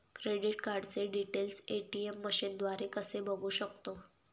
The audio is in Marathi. क्रेडिट कार्डचे डिटेल्स ए.टी.एम मशीनद्वारे कसे बघू शकतो?